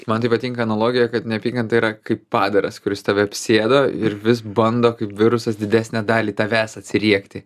man tai patinka analogija kad neapykanta yra kaip padaras kuris tave apsėdo ir vis bando kaip virusas didesnę dalį tavęs atsiriekti